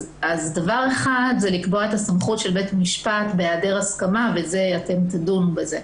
דבר אחד זה לקבוע את הסמכות של בית המשפט בהיעדר הסכמה ואתם תדונו בזה.